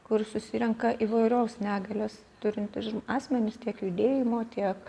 kur susirenka įvairiaus negalias turintys asmenys tiek judėjimo tiek